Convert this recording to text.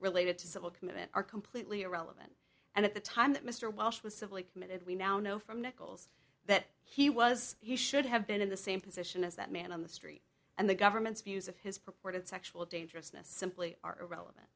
related to civil commitment are completely irrelevant and at the time that mr walsh was civilly committed we now know from nichols that he was he should have been in the same position as that man on the street and the government's views of his purported sexual dangerousness simply are irrelevant